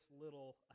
little